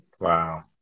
Wow